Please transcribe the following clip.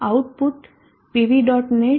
gnetlist g spice sdb o pv